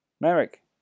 Merrick